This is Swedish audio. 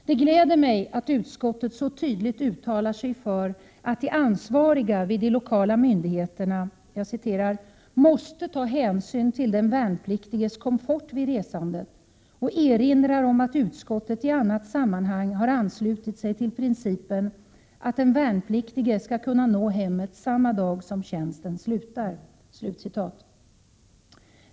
Det gläder mig att utskottet så tydligt uttalar sig för att de ansvariga vid de lokala myndigheterna ”måste ta hänsyn till den värnpliktiges komfort vid resandet och erinrar om att utskottet i annat sammanhang har anslutit sig till principen att den värnpliktige skall kunna nå hemmet samma dag som tjänsten slutar”.